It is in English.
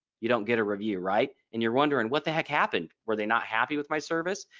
you don't get a review right and you're wondering what the heck happened were they not happy with my service?